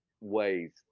ways